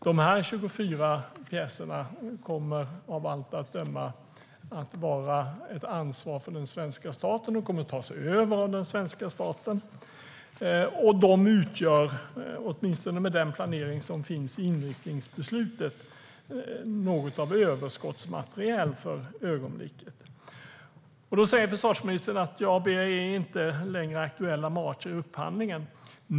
De här 24 pjäserna kommer av allt att döma att vara ett ansvar för den svenska staten och kommer att tas över av den svenska staten. De utgör, åtminstone med den planering som finns i inriktningsbeslutet, något av överskottsmateriel för ögonblicket. Försvarsministern säger att BAE inte längre är aktuella med Archer i upphandlingen.